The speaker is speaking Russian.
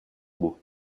ему